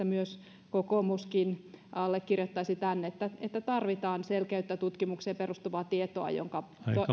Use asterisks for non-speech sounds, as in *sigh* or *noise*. *unintelligible* myös kokoomus allekirjoittaisi tämän että tarvitaan selkeyttä tutkimukseen perustuvaa tietoa jonka